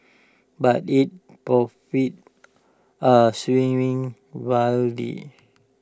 but its profits are swinging wildly